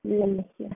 let me see ah